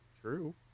true